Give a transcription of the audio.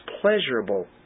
pleasurable